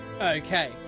Okay